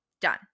done